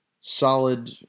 solid